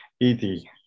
easy